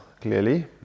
clearly